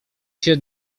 się